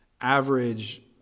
Average